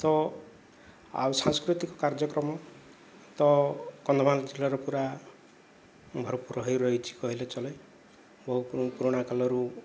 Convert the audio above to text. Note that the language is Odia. ତ ଆଉ ସାଂସ୍କୃତିକ କାର୍ଯ୍ୟକ୍ରମ ତ କନ୍ଧମାଲ ଜିଲ୍ଲାର ପୁରା ଭରପୂର ହୋଇ ରହିଛି କହିଲେ ଚଳେ ବହୁ ପୁରୁଣା କାଲରୁ